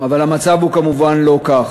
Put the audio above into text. אבל, כמובן, המצב הוא לא כך.